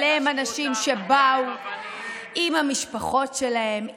אבל הם אנשים שבאו עם המשפחות שלהם,